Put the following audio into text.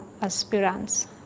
aspirants